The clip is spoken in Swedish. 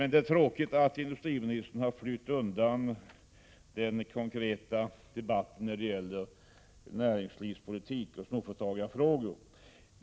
Det är tråkigt att industriministern har flytt undan den konkreta debatten när det gäller näringslivspolitik och småföretagarfrågor.